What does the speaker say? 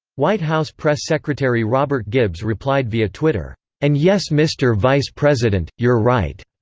white house press secretary robert gibbs replied via twitter and yes mr. vice president, you're right.